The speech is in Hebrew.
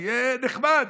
תהיה נחמד.